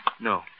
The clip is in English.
No